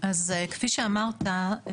כפי שאמרת,